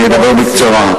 אני אדבר בקצרה.